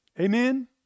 Amen